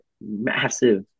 Massive